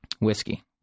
Whiskey